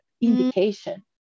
indication